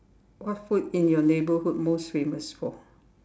what food in your neighbourhood most famous for